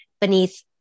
beneath